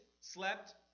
slept